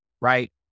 right